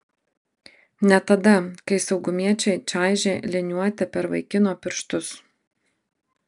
ne tada kai saugumiečiai čaižė liniuote per vaikino pirštus